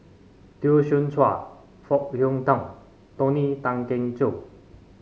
Teo Soon Chuan Foo Hong Tatt Tony Tan Keng Joo